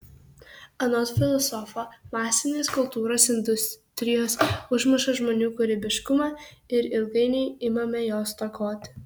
anot filosofo masinės kultūros industrijos užmuša žmonių kūrybiškumą ir ilgainiui imame jo stokoti